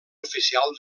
oficial